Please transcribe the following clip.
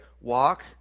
Walk